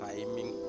Timing